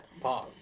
Pause